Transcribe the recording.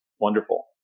wonderful